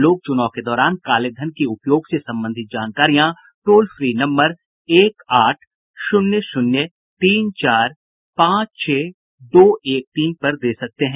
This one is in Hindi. लोग चुनाव के दौरान कालेधन के उपयोग से संबंधित जानकारियां टोल फ्री नम्बर एक आठ शून्य शून्य तीन चार पांच छह दो एक तीन पर दे सकते हैं